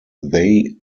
they